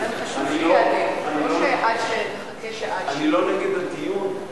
לכן חשוב, אני לא נגד הדיון.